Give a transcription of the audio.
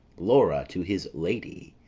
laura, to his lady,